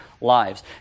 lives